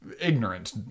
ignorant